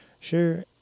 Sure